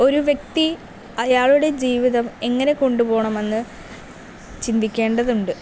ഒരു വ്യക്തി അയാളുടെ ജീവിതം എങ്ങനെ കൊണ്ടുപോകണമെന്ന് ചിന്തിക്കേണ്ടതുണ്ട്